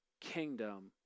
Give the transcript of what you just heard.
kingdom